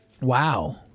Wow